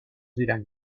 diran